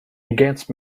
against